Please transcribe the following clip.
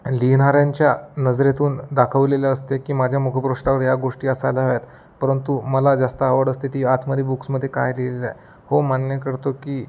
लिहिणाऱ्यांच्या नजरेतून दाखवलेलं असते की माझ्या मुखपृष्ठावर या गोष्टी असायला हव्यात परंतु मला जास्त आवड असते ती आतमध्ये बुक्समध्ये काय लिहिलेलं आहे हो मान्य करतो की